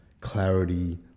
clarity